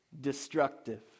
destructive